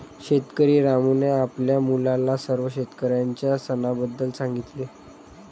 शेतकरी रामूने आपल्या मुलाला सर्व शेतकऱ्यांच्या सणाबद्दल सांगितले